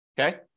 Okay